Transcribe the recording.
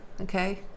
okay